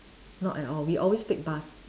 not at all we always take bus